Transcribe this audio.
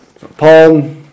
Paul